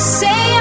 say